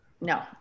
no